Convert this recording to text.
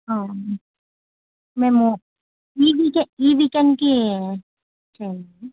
మేము ఈ వీకే ఈ వీకెండ్కి చేయాలి